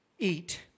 eat